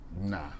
Nah